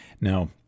Now